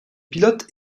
pilotes